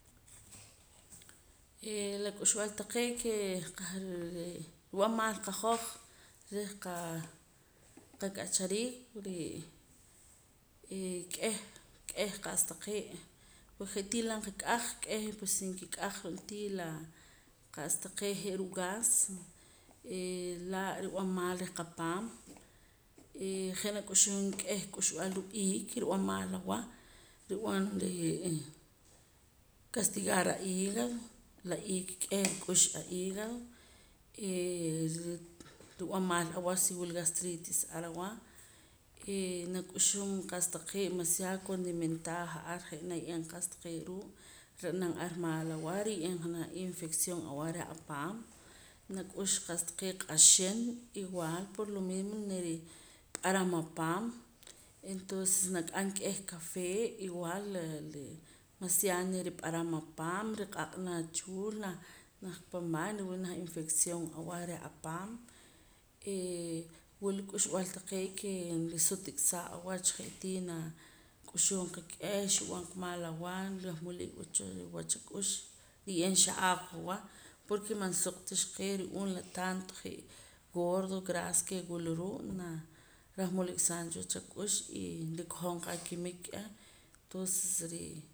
Eh la k'ulb'al taqee' kee qahre' nrib'an maal qahoj reh qaa qak'achariik re' eh k'eh k'eh qa'sa taqee' we' je'tii la nqak'aj k'eh pues nkik'aj ro'ntii laa qa'sa taqee' je' ruu' gas he laa' nrib'an maal reh qapaam he je' nak'uxum k'eh k'uxb'al ruu' iik rib'an maal awah rib'an ree' castigar ahígado la iik k'eh rik'ux ahígado eh rib'an maal awah si wila gastritis ar awah eh nak'uxum qa'sa taqee' maciado condimentado ja'ar je' naye'eem qa'sa taqee' ruu' nra'nam ar maal awah nriye'em janaj infección aweh reh apaam nak'ux qa'sa taqee' q'axin igual por lo mismo nirip'aram apaam entonces nak'am k'eh café igual la la maciado nirip'aram apaam riq'aq'ana achuul naj naja pan baño riwii' janaj infección aweh reh apaam eh wula k'uxb'al taqee' ke nrisutik'saa awach je'tii nak'uxum qa k'eh xib'an qa maal awah ran molik cha wach ak'ux nriye'eem xa'aaw awah porque man soq ta xqee' ru'uum la tanto je' gordo grasa ke wula ruu' na rah molik'saam cha wach ak'ux y nrikojom qa akimik k'eh tonces re'